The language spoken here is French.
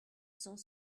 cent